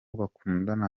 bakundana